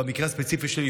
במקרה הספציפי שלי,